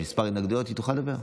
כמה התנגדויות, והיא תוכל לדבר.